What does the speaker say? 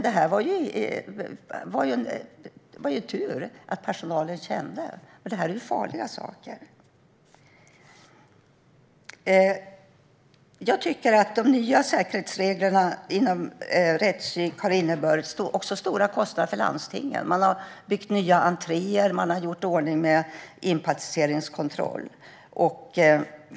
Det var tur att personalen kände på brevet, för detta är ju farliga saker. De nya säkerhetsreglerna inom rättspsyk har inneburit stora kostnader för landstingen. Man har byggt nya entréer och infört inpasseringskontroll.